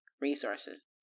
Resources